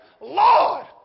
Lord